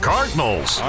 Cardinals